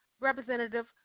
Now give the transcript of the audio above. representative